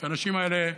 כי האנשים האלה,